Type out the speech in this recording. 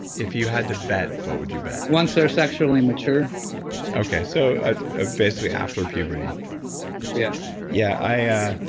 if you had to bet, what would you bet? once they're sexually mature okay. so ah ah basically, after puberty yeah yeah. i